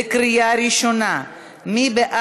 מוותר.